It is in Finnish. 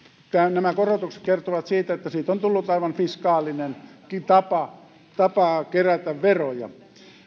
nämä korotukset kertovat siitä että siitä on tullut aivan fiskaalinen tapa kerätä veroja